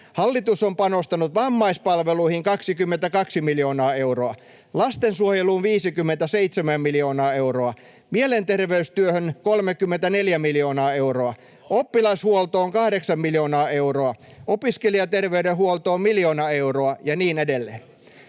Hallitus on panostanut vammaispalveluihin 22 miljoonaa euroa, lastensuojeluun 57 miljoonaa euroa, mielenterveystyöhön 34 miljoonaa euroa, oppilashuoltoon 8 miljoonaa euroa, opiskelijaterveydenhuoltoon miljoona euroa ja niin edelleen.